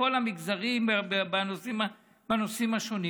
לכל המגזרים בנושאים השונים,